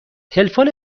تلفن